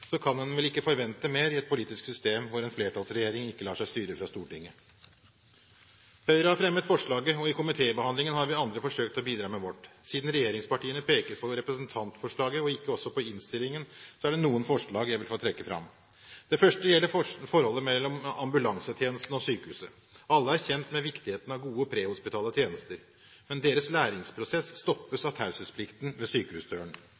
så langt som å be om at de forslag som fremmes i representantforslaget blir vurdert i arbeidet med stortingsmeldingen, kan en vel ikke forvente mer i et politisk system hvor en flertallsregjering ikke lar seg styre fra Stortinget. Høyre har fremmet forslaget, og i komitébehandlingen har vi andre forsøkt å bidra med vårt. Siden regjeringspartiene peker på representantforslaget og ikke også på innstillingen, er det noen forslag jeg vil trekke fram. Det første gjelder forholdet mellom ambulansetjenesten og sykehuset. Alle er kjent med viktigheten av gode prehospitale tjenester. Men deres